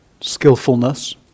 Skillfulness